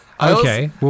Okay